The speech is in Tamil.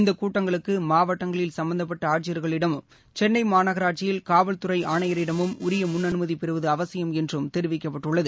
இந்த கூட்டங்களுக்கு மாவட்டங்களில் சம்பந்தப்பட்ட ஆட்சியர்களிடமும் சென்னை மாநகராட்சியில் காவல்துறை ஆணையாடமும் உரிய முன் அனுமதி பெறுவது அவசியம் என்றும் தெரிவிக்கப்பட்டுள்ளது